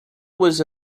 was